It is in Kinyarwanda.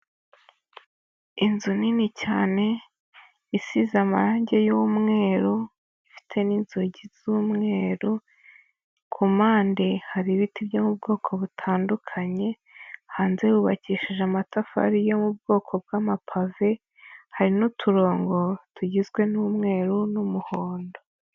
Inzu nini cyane isize amarange y'umweru, ifite n'inzugi z'umweru, ku mpande hari ibiti byo mu bwoko butandukanye, hanze hubakishije amatafari yo mu bwoko bw'amapave, hari n'uturongo tugizwe n'umweru n'umuhondo.